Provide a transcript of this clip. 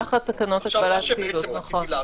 נכון, תחת תקנות הגבלת פעילות.